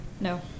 no